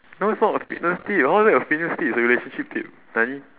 not it's not a fitness tip how is that a fitness tip it's a relationship tip nani